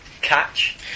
catch